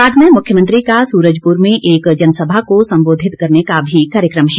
बाद में मुख्यमंत्री का सूरजपुर में एक जनसभा को संबोधित करने का कार्यक्रम है